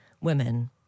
women